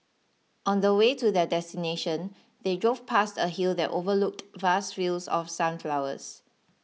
on the way to their destination they drove past a hill that overlooked vast fields of sunflowers